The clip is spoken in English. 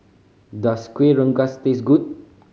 does Kuih Rengas taste good